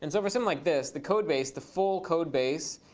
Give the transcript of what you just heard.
and so for something like this, the code base, the full code base,